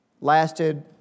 lasted